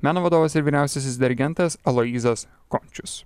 meno vadovas ir vyriausiasis dirigentas aloyzas končius